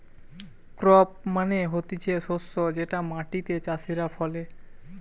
crop মানে হতিছে শস্য যেটা মাটিতে চাষীরা ফলে